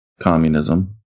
communism